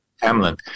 Hamlin